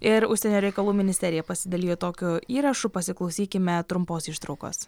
ir užsienio reikalų ministerija pasidalijo tokiu įrašu pasiklausykime trumpos ištraukos